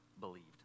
believed